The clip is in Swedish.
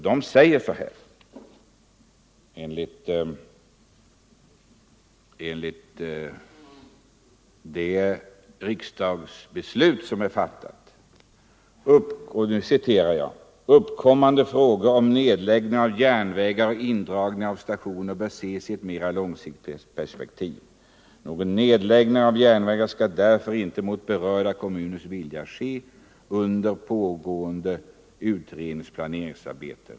Dessa regler säger enligt det riksdagsbeslut som är fattat: ”Uppkommande frågor om nedläggningar av järnvägar och indragningar av stationer bör ses i ett mera långsiktigt perspektiv. Någon nedläggning av järnvägar skall därför inte — mot berörda kommuners vilja — ske under pågående utredningsoch planeringsarbete.